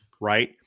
right